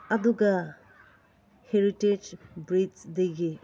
ꯑꯗꯨꯒ ꯍꯦꯔꯤꯇꯦꯖ ꯕ꯭ꯔꯤꯠꯇꯒꯤ